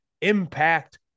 Impact